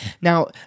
Now